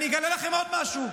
אני אגלה לכם עוד משהו: